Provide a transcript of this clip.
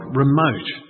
remote